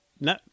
no